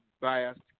biased